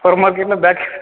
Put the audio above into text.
super மார்க்கெட்டில் back